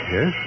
Yes